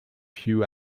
hugh